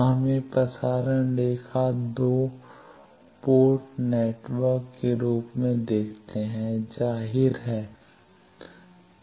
तो हमें प्रसारण रेखा को 2 पोर्ट नेटवर्क के रूप में देखते हैं जाहिर है